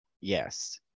yes